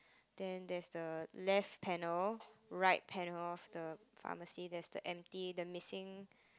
then there's the left panel right panel of the pharmacy there's the empty the missing